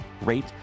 rate